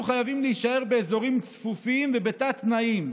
חייבים להישאר באזורים צפופים ובתת-תנאים.